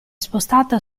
spostata